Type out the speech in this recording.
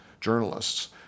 journalists